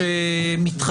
שהוא יותר סבוך.